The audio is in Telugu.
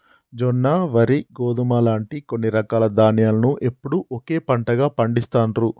జొన్న, వరి, గోధుమ లాంటి కొన్ని రకాల ధాన్యాలను ఎప్పుడూ ఒకే పంటగా పండిస్తాండ్రు